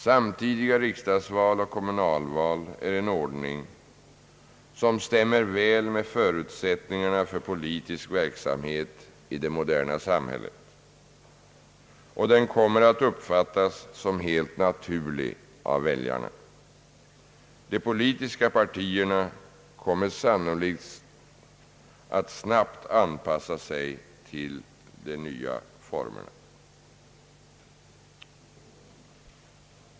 Samtidiga riksdagsval och kommunalval är en ordning som stämmer väl med förutsättningarna för politisk verksamhet i det moderna samhället, och den kommer att uppfattas som helt naturlig av väljarna. De politiska partierna kommer sannolikt att snabbt anpassa sig till de nya formerna.